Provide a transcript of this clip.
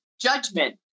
judgment